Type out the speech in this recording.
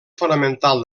fonamental